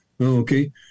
Okay